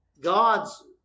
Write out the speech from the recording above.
God's